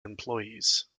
employees